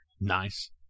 Nice